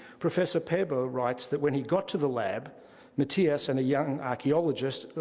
professor paabo writes that when he got to the lab mattias and a young archeologist,